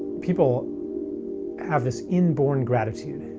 people have this inborn gratitude.